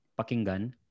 pakinggan